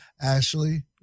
Ashley